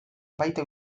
baita